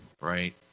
right